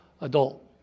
adult